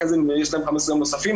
אחרי זה יש להם 15 יום נוספים,